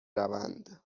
روند